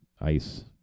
ice